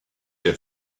der